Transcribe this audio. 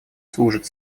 служит